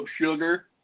sugar